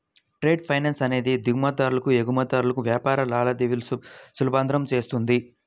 trade finance అనేది దిగుమతిదారులు, ఎగుమతిదారులకు వ్యాపార లావాదేవీలను సులభతరం చేస్తుంది